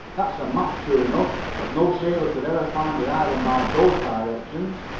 that's a map, sure enough, but no sailor could ever find the island by those directions.